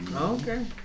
Okay